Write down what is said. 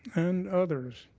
and others.